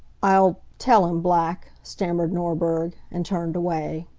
i'll tell him, black, stammered norberg, and turned away.